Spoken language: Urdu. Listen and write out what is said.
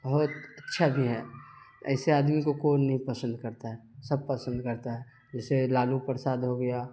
بہت اچھا بھی ہے ایسے آدمی کو کون نہیں پسند کرتا ہے سب پسند کرتا ہے جیسے لالو پرساد ہو گیا